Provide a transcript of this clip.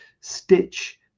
stitch